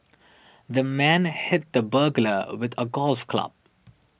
the man hit the burglar with a golf club